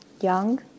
young